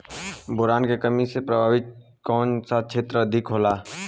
Boron के कमी से प्रभावित कौन सा क्षेत्र अधिक होला?